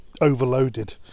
overloaded